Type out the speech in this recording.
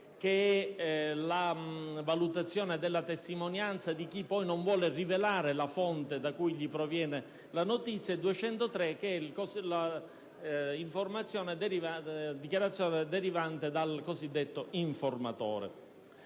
comma 7 (valutazione della testimonianza di chi non vuole rivelare la fonte da cui proviene la notizia), e 203 (dichiarazione derivante dal cosiddetto informatore)